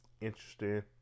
interesting